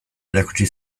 erakutsi